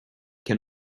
can